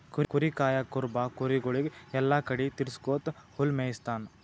ಕುರಿ ಕಾಯಾ ಕುರುಬ ಕುರಿಗೊಳಿಗ್ ಎಲ್ಲಾ ಕಡಿ ತಿರಗ್ಸ್ಕೊತ್ ಹುಲ್ಲ್ ಮೇಯಿಸ್ತಾನ್